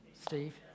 Steve